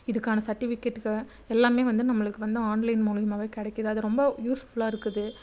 இதுக்கான செர்டிஃபிகேட் எல்லாமே வந்து நம்மளுக்கு வந்து ஆன்லைன் மூலியமாகவே கிடைக்குது அது ரொம்ப யூஸ்ஃபுல்லாக இருக்குது